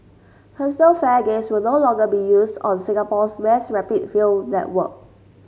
turnstile fare gates will no longer be used on Singapore's mass rapid rail network